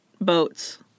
boats